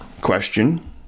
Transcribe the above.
question